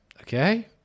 Okay